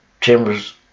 Chambers